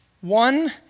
One